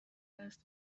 است